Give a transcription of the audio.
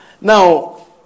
Now